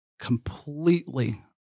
Completely